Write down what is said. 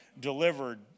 delivered